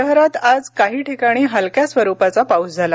शरात आज काही ठिकाणी हलक्या स्वरुपाचा पाऊस झाला